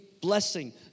Blessing